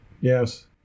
Yes